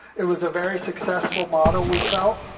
it was a very successful model, we felt,